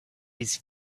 his